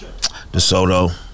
DeSoto